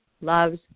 loves